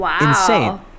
insane